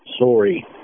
Sorry